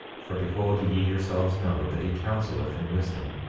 for behold, ye yourselves know that he counseleth in wisdom,